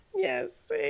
Yes